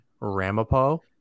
Ramapo